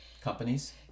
companies